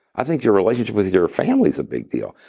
i think your relationship with your family is a big deal.